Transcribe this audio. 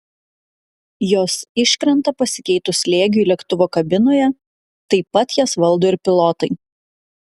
jos iškrenta pasikeitus slėgiui lėktuvo kabinoje taip pat jas valdo ir pilotai